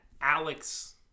Alex